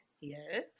yes